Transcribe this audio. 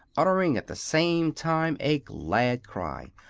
uttering at the same time a glad cry.